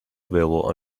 available